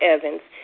Evans